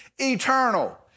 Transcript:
eternal